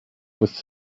was